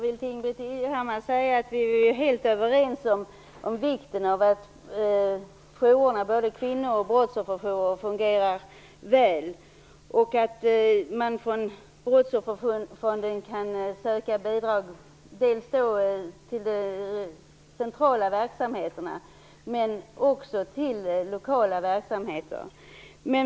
Herr talman! Ingbritt Irhammar och jag är helt överens om vikten av att jourerna, både kvinno och brottsofferjourerna, fungerar väl. Man kan från Brottsofferfonden söka bidrag dels till de centrala verksamheterna, dels till lokala verksamheter.